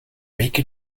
make